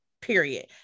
period